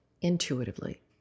intuitively